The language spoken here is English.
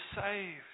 saved